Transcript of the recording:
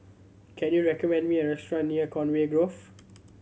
can you recommend me a restaurant near Conway Grove